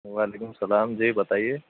وعلیکم السّلام جی بتائیے